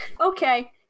Okay